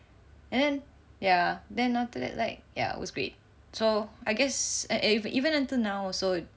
and then ya then after that like ya was great so I guess if even until now also